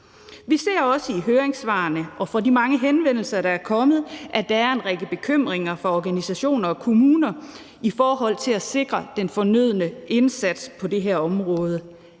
Vi ser også i høringssvarene og fra de mange henvendelser, der er kommet, at der er en række bekymringer fra organisationer og kommuner i forhold til at sikre den fornødne indsats på det her område.